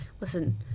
Listen